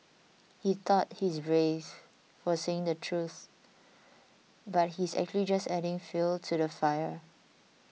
he thought he's brave for saying the truth but he's actually just adding fuel to the fire